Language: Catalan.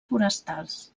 forestals